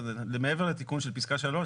מעבר לתיקון של פיסקה 3,